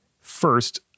first